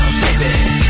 baby